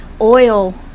oil